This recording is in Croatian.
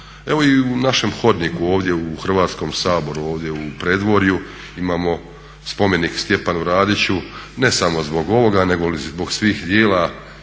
Evo i u našem hodniku ovdje u Hrvatskom saboru ovdje u predvorju imamo spomenik Stjepanu Radiću ne samo zbog ovoga nego zbog svih djela